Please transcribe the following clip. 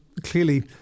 clearly